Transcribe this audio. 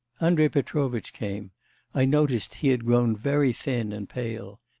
andrei petrovitch came i noticed he had grown very thin and pale.